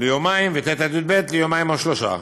ליומיים וט' עד י"ב ליומיים או שלושה.